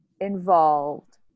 involved